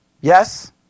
Yes